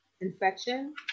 infection